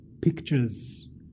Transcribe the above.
Pictures